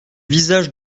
visage